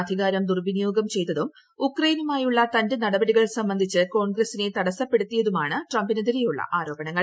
അധികാരം ദുർവിനിയോഗം ചെയ്തതും ഉക്രൈയ്നുമായുള്ള തന്റെ നടപടികൾ സംബന്ധിച്ച് കോൺഗ്രസ്സിനെ തടസ്സപ്പെടുത്തിയതുമാണ് ട്രംപിനെതിരെയുള്ള ആരോപണങ്ങൾ